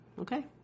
Okay